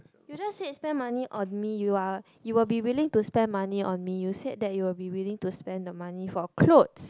you just said spend money on me you are you will be willing to spend money on me you said that you will be willing to spend the money for clothes